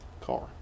Car